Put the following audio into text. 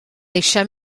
eisiau